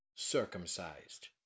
circumcised